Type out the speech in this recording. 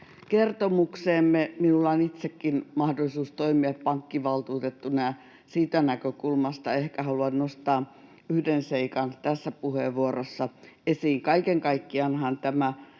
kertomukseemme. Minulla on itsellänikin mahdollisuus toimia pankkivaltuutettuna, ja siitä näkökulmasta ehkä haluan nostaa yhden seikan tässä puheenvuorossa esiin. Kaiken kaikkiaanhan tämä